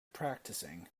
practicing